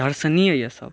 दर्शनीय ये सब